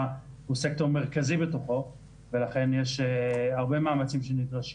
הוא סקטור מרכזי בתוכו ולכן יש הרבה מאמצים שנדרשים.